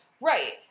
Right